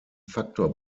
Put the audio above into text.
faktor